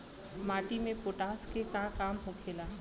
माटी में पोटाश के का काम होखेला?